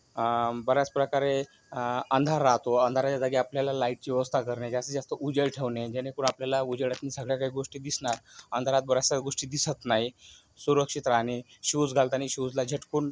बऱ्याच प्रकारे अंधार राहतो अंधाराच्या जागी आपल्याला लाईटची व्यवस्था करणे जास्तीत जास्त उजेड ठेवणे जेणेकरून आपल्याला उजेडातून सगळ्या काही गोष्टी दिसणार अंधारात बऱ्याचशा गोष्टी दिसत नाही सुरक्षित राहणे शूज घालताना शूजला झटकून